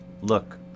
Look